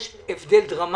יש הבדל דרמטי.